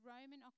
Roman